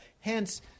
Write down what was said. hence